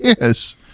Yes